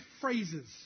phrases